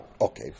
Okay